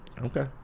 Okay